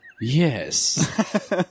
Yes